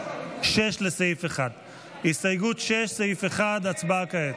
6, לסעיף 1. הצבעה כעת.